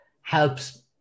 helps